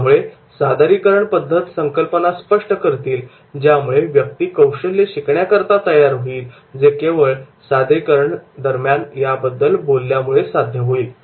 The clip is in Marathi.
त्यामुळे सादरीकरण पद्धत संकल्पना स्पष्ट करतील ज्यामुळे व्यक्ती कौशल्य शिकण्याकरता तयार होईल जे केवळ सादरीकरण या दरम्यान याबद्दल बोलल्यामुळे साध्य होईल